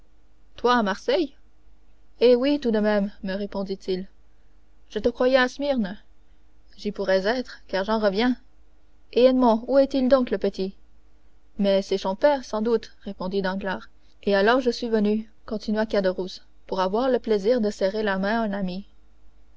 à marseille eh oui tout de même me répondit-il je te croyais à smyrne j'y pourrais être car j'en reviens et edmond où est-il donc le petit mais chez son père sans doute répondit danglars et alors je suis venu continua caderousse pour avoir le plaisir de serrer la main à un ami